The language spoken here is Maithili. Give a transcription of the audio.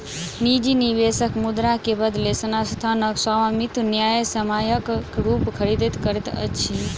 निजी निवेशक मुद्रा के बदले संस्थानक स्वामित्व न्यायसम्यक रूपेँ खरीद करैत अछि